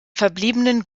verbliebenen